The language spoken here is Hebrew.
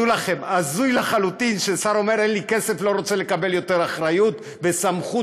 הזוי לחלוטין ששר אומר "אין לי כסף" ולא רוצה לקבל יותר אחריות וסמכות,